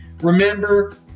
Remember